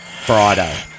Friday